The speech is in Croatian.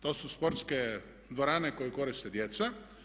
To su sportske dvorane koje koriste djeca.